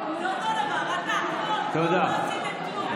זה אותו דבר, אתה חול וחול ולא עשיתם כלום.